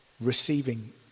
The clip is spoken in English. receiving